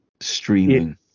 streaming